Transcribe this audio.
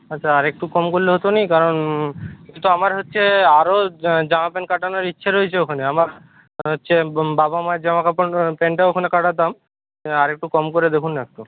আচ্ছা আরেকটু কম করলে হতো না কারণ আমার হচ্ছে আরও জামা প্যান্ট কাটানোর ইচ্ছে রয়েছে ওখানে আমার হচ্ছে বাবা মার জামাকাপড় প্যান্টটাও ওখানে কাটাতাম আরেকটু কম করে দেখুন না একটু